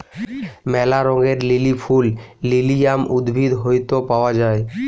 ম্যালা রঙের লিলি ফুল লিলিয়াম উদ্ভিদ হইত পাওয়া যায়